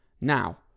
now